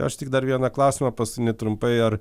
aš tik dar vieną klausimą paskutinį trumpai ar